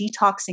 detoxing